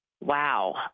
Wow